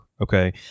Okay